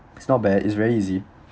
it's not bad it's very easy